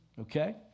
Okay